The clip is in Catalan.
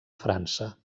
frança